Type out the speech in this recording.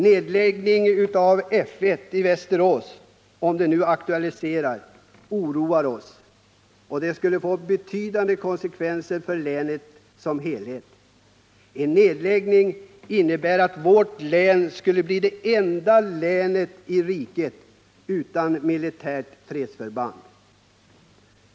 Nedläggningen av F 1 i Västerås — om den nu aktualiseras — oroar oss, ty en nedläggning skulle få betydande konsekvenser för länet som helhet. En nedläggning innebär att vårt län skulle bli det enda länet i riket utan militärt fredsförband.